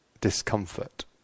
discomfort